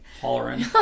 Hollering